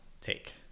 take